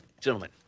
gentlemen